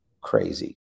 crazy